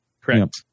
correct